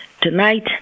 tonight